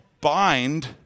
bind